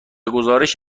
گزارش